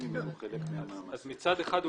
מצד אחד,